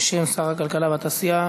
בשם שר הכלכלה והתעשייה,